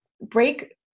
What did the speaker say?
Break